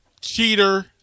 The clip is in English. Cheater